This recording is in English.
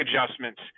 adjustments